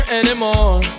anymore